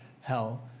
hell